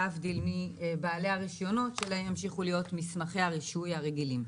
להבדיל מבעלי הרישיונות שלהם ימשיכו להיות מסמכי הרישוי הרגילים.